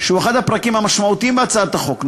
שהוא אחד הפרקים המשמעותיים בהצעת החוק,